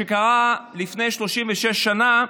שקרה לפני 36 שנה,